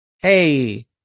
hey